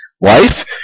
life